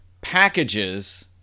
packages